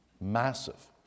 massive